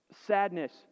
Sadness